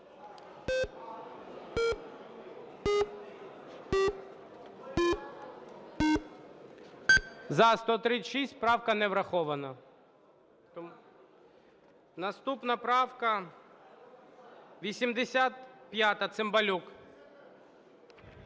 За-136 Правка не врахована. Наступна правка 85, Цимбалюк.